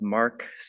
mark